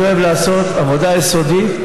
אני אוהב לעשות עבודה יסודית,